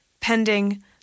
pending